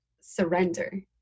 surrender